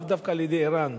לאו דווקא על-ידי ער"ן,